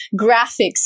graphics